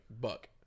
buck